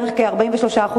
בערך 43%,